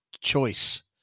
choice